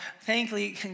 thankfully